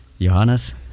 johannes